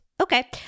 Okay